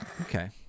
Okay